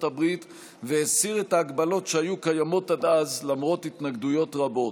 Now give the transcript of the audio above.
הברית והסיר את ההגבלות שהיו קיימות עד אז למרות התנגדויות רבות.